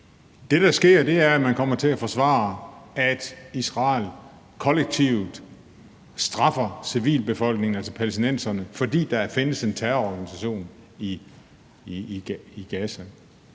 det, der sker, er, at man kommer til at forsvare, at Israel kollektivt straffer civilbefolkningen, altså palæstinenserne, fordi der findes en terrororganisation i Gaza.